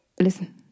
Listen